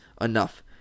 enough